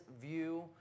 view